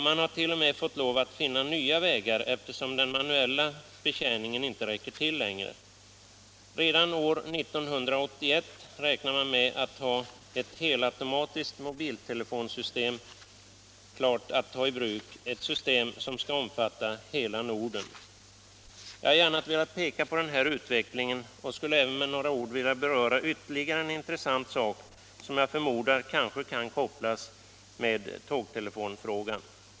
Man har ju t.o.m. fått lov att finna nya vägar för mobiltelefonsystemet, eftersom den manuella betjäningen inte längre räcker till. Redan år 1981 räknar med att ha ett helautomatiskt system klart att ta i bruk, ett system som skall omfatta hela Norden. Jag har gärna velat peka på den här utvecklingen och skulle även med några ord vilja beröra ytterligare en intressant sak, som jag förmodar kanske kan sammankopplas med tågtelefonfrågan.